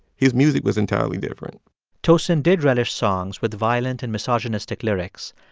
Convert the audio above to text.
his music was entirely different tosin did relish songs with violent and misogynistic lyrics,